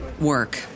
work